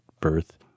birth